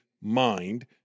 mind